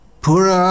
Pura